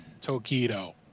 Tokido